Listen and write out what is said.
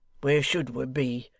where should we be,